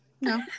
No